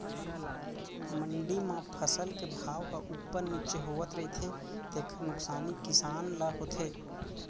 मंडी म फसल के भाव ह उप्पर नीचे होवत रहिथे तेखर नुकसानी किसान ल होथे